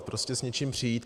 Prostě s něčím přijít.